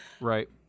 right